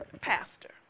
pastor